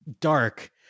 Dark